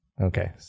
Okay